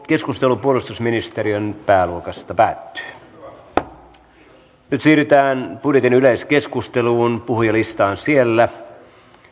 keskustelu puolustusministeriön pääluokasta päättyy nyt siirrytään budjetin yleiskeskusteluun puhujalistaan siellä